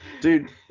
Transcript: Dude